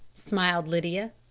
smiled lydia.